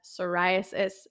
psoriasis